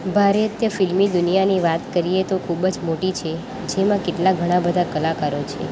ભારત તે ફિલ્મી દુનિયાની વાત કરીએ તો ખૂબજ મોટી છે જેમાં કેટલા ઘણા બધા કલાકારો છે